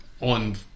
on